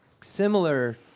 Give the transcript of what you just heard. similar